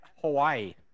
Hawaii